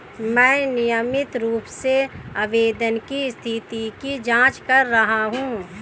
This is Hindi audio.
मैं नियमित रूप से आवेदन की स्थिति की जाँच कर रहा हूँ